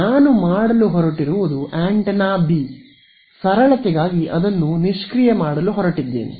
ನಾನು ಮಾಡಲು ಹೊರಟಿರುವುದು ಆಂಟೆನಾ ಬಿ ಸರಳತೆಗಾಗಿ ಅದನ್ನು ನಿಷ್ಕ್ರಿಯ ಮಾಡಲು ಹೊರಟಿದ್ದೇನೆ